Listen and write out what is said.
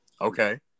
Okay